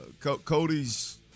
Cody's